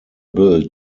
built